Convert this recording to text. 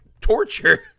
torture